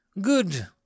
Good